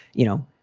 you know,